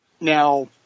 Now